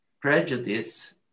prejudice